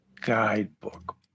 guidebook